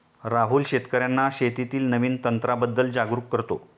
राहुल शेतकर्यांना शेतीतील नवीन तंत्रांबद्दल जागरूक करतो